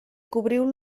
cobriu